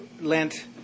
Lent